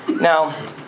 Now